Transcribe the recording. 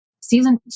season